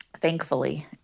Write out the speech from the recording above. thankfully